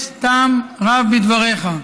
יש טעם רב בדבריך.